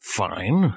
fine